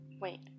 Wait